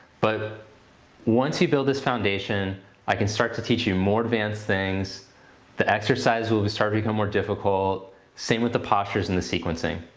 but ah once you build this foundation i can start to teach you more advanced things the exercises will start to become more difficult same with the postures and the sequencing.